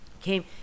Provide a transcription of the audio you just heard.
came